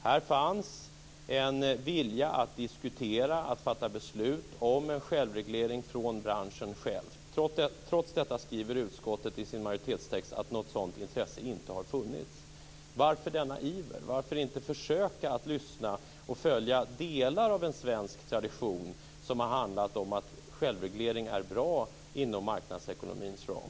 Här fanns en vilja att diskutera och fatta beslut om en självreglering från branschen själv. Trots detta skriver utskottet i sin majoritetstext att något sådant intresse inte har funnits. Varför denna iver? Varför inte försöka att lyssna och följa delar av en svensk tradition som har handlat om att självreglering är bra inom marknadsekonomins ram?